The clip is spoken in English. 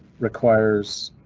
requires